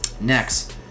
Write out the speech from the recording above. Next